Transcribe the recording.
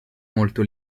molto